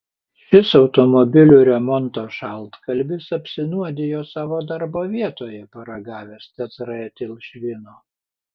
šis automobilių remonto šaltkalvis apsinuodijo savo darbo vietoje paragavęs tetraetilšvino